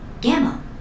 Gamma